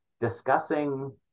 discussing